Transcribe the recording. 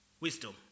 wisdom